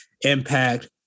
impact